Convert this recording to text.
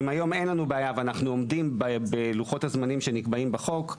אם היום אין לנו בעיה ואנחנו עומדים בלוחות הזמנים שנקבעים בחוק,